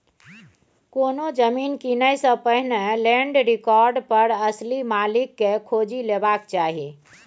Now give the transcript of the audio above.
कोनो जमीन कीनय सँ पहिने लैंड रिकार्ड पर असली मालिक केँ खोजि लेबाक चाही